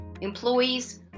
employees